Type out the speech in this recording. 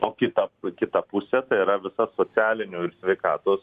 o kita p kita pusė tai yra visa socialinių ir sveikatos